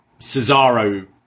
cesaro